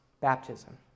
baptism